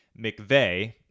McVeigh